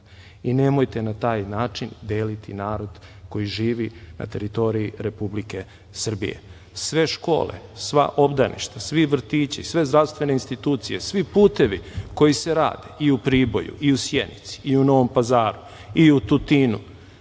i nemojte na taj način deliti narod koji živi na teritoriji Republike Srbije. Sve škole, sva obdaništa, svi vrtići, sve zdravstvene institucije, svi putevi koji se rade i u Priboju, i u Sjenici, i u Novom Pazaru, i u Tutinu